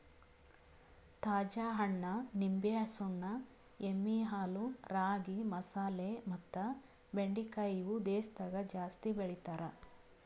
ತಾಜಾ ಹಣ್ಣ, ನಿಂಬೆ, ಸುಣ್ಣ, ಎಮ್ಮಿ ಹಾಲು, ರಾಗಿ, ಮಸಾಲೆ ಮತ್ತ ಬೆಂಡಿಕಾಯಿ ಇವು ದೇಶದಾಗ ಜಾಸ್ತಿ ಬೆಳಿತಾರ್